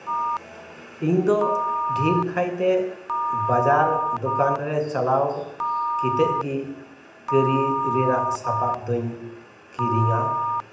ᱤᱧ ᱫᱚ ᱰᱷᱮᱨ ᱠᱟᱭᱛᱮ ᱵᱟᱡᱟᱨ ᱫᱚᱠᱟᱱᱨᱮ ᱪᱟᱞᱟᱣ ᱠᱟᱛᱮᱜ ᱜᱮ ᱠᱟᱹᱨᱤ ᱨᱮᱱᱟᱜ ᱥᱟᱯᱟᱯ ᱫᱩᱧ ᱠᱤᱨᱤᱧᱟ